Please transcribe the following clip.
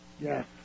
Yes